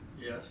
Yes